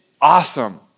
awesome